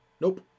Nope